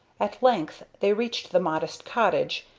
at length they reached the modest cottage,